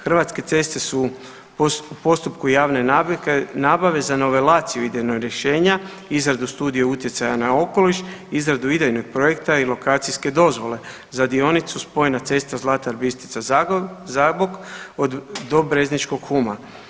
Hrvatske ceste su u postupku javne nabave za nivelaciju idejnog rješenja, izradu Studije utjecaja na okoliš, izradu idejnog projekta i lokacijske dozvole za dionicu spojena cesta Zlatar Bistrica – Zabok do Brezničkog Huma.